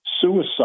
suicide